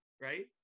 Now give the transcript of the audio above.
right